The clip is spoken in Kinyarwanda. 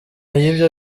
yibyo